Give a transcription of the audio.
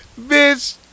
Bitch